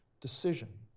decision